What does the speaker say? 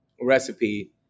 recipe